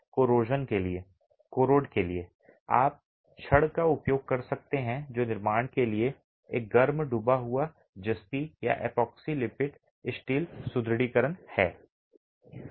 corrode के लिए आप छड़ का उपयोग कर सकते हैं जो निर्माण के लिए एक गर्म डूबा हुआ जस्ती या एपॉक्सी लेपित स्टील सुदृढीकरण है